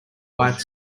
white